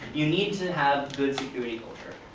you need to have good security culture.